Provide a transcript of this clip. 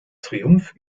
triumph